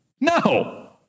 No